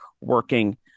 working